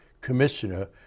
commissioner